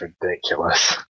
ridiculous